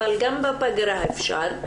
אבל גם בפגרה אפשר,